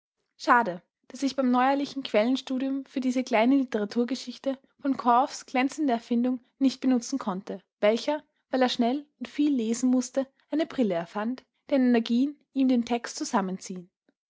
schade daß ich beim neuerlichen quellenstudium für diese kleine literaturgeschichte v korfs glänzende erfindung nicht benutzen konnte welcher weil er schnell und viel lesen mußte eine brille erfand deren energien ihm den text zusammenziehn